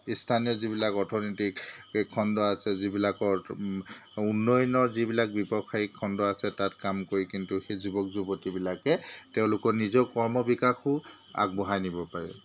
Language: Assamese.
স্থানীয় যিবিলাক অৰ্থনৈতিক খণ্ড আছে যিবিলাকৰ উন্নয়নৰ যিবিলাক ব্যৱসায়িক খণ্ড আছে তাত কাম কৰি কিন্তু সেই যুৱক যুৱতীবিলাকে তেওঁলোকৰ নিজৰ কৰ্ম বিকাশো আগবঢ়াই নিব পাৰে